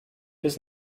bis